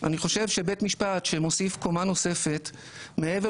אני חושב שבית משפט שמוסיף קומה נוספת מעבר